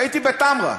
הייתי בתמרה,